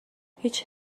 هیچ